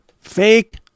Fake